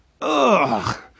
Ugh